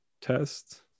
test